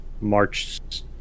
March